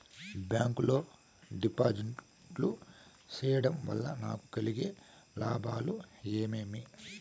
Bank లో డిపాజిట్లు సేయడం వల్ల నాకు కలిగే లాభాలు ఏమేమి?